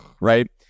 Right